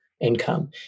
income